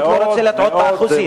אני פשוט לא רוצה לטעות באחוזים,